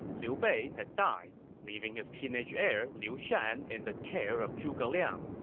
liu bei had died, leaving his teenage heir, liu shan, in the care of zhuge liang.